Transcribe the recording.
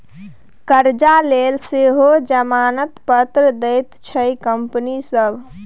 करजा लेल सेहो जमानत पत्र दैत छै कंपनी सभ